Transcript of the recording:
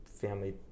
family